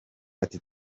ati